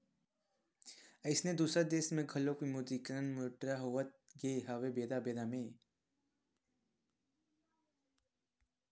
अइसने दुसर देश म घलोक विमुद्रीकरन मुद्रा होवत गे हवय बेरा बेरा म